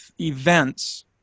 events